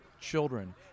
children